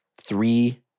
Three